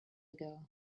ago